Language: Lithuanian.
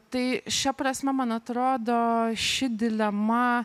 tai šia prasme man atrodo ši dilema